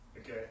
Okay